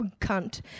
cunt